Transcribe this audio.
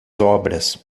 obras